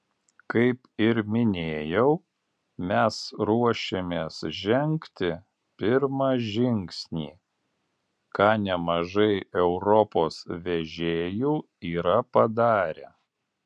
kaip ir minėjau mes ruošiamės žengti pirmą žingsnį ką nemažai europos vežėjų yra padarę